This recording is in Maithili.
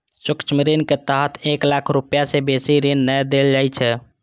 सूक्ष्म ऋण के तहत एक लाख रुपैया सं बेसी ऋण नै देल जाइ छै